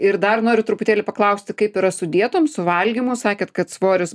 ir dar noriu truputėlį paklausti kaip yra su dietom su valgymu sakėt kad svoris